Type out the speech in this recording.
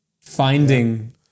finding